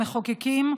המחוקקים,